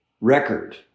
record